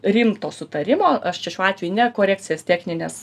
rimto sutarimo aš čia šiuo atveju ne korekcijas technines